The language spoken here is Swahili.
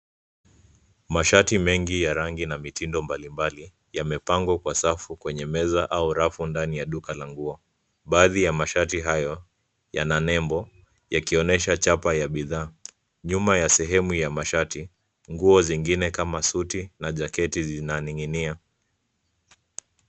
Mashati mengi ya rangi na mitindo mbalimbali yamepangwa kwa safu kwenye meza au rafu ndani ya duka la nguo. Baadhi ya mashati hayo yana nembo yakionyesha chapa ya bidhaa. Nyuma ya sehemu ya mashati, nguo zingine kama suti na jaketi zinaning'inia.